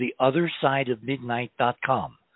theothersideofmidnight.com